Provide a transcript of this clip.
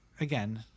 again